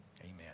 Amen